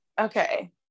okay